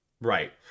Right